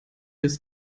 ist